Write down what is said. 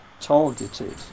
targeted